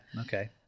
okay